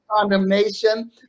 condemnation